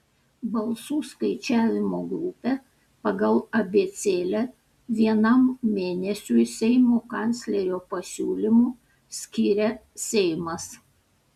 balsų skaičiavimo grupę pagal abėcėlę vienam mėnesiui seimo kanclerio pasiūlymu skiria seimas